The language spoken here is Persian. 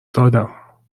دادم